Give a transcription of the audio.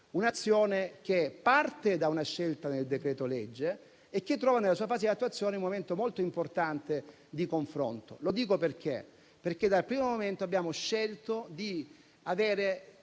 un'azione che parte da una scelta contenuta nel decreto-legge e che, nella sua fase di attuazione, trova un momento molto importante di confronto: lo dico perché sin dal primo momento abbiamo scelto di avere